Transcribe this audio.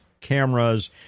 cameras